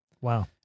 Wow